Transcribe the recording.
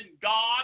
God